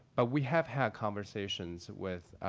but we have had conversations with